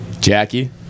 Jackie